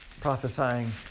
prophesying